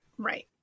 Right